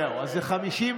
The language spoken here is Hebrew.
זהו, אז זה 53,